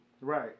Right